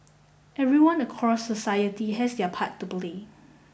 everyone across society has their part to play